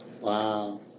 Wow